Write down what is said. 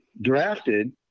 drafted